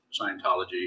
Scientology